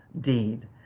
deed